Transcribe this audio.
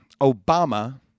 Obama